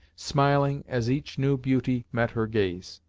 smiling as each new beauty met her gaze.